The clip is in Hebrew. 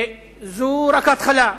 זאת רק ההתחלה.